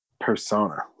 persona